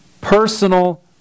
personal